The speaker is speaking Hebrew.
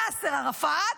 יאסר ערפאת,